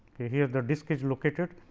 here the disc is located.